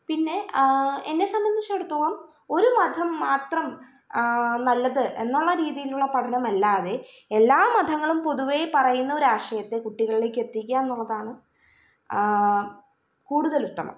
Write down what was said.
പിന്നെ എന്നെ സംബന്ധിച്ചിടത്തോളം ഒരു മതം മാത്രം നല്ലത് എന്നുള്ള രീതീലൊള്ള പഠനമല്ലാതെ എല്ലാ മതങ്ങളും പൊതുവെ പറയുന്നൊരാശയത്തെ കുട്ടികളിലേക്കെത്തിക്കുക എന്നുള്ളതാണ് കൂടുതൽ ഉത്തമം